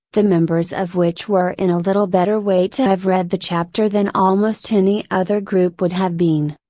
the members of which were in a little better way to have read the chapter than almost any other group would have been.